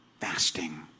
fasting